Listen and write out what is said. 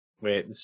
wait